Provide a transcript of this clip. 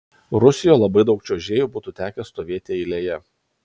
rusijoje labai daug čiuožėjų būtų tekę stovėti eilėje